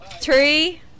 Three